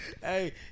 Hey